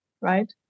right